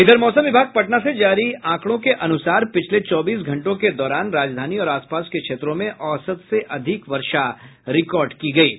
इधर मौसम विभाग पटना से जारी आंकड़ों के अनुसार पिछले चौबीस घंटों के दौरान राजधानी और आस पास के क्षेत्रों में औसत से अधिक वर्षा रिकार्ड की गयी है